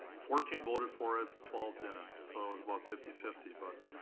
fourteen voted for it, twelve didn't. so it was about fifty fifty, but,